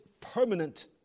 permanent